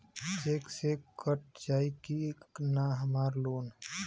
Check से कट जाई की ना हमार लोन?